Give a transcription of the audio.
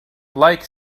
like